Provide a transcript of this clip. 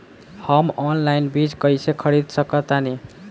हम ऑनलाइन बीज कईसे खरीद सकतानी?